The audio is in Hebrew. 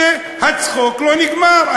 שהצחוק לא נגמר,